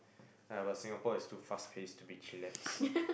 ya but Singapore is too fast place to be chillax